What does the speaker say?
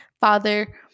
father